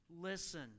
Listen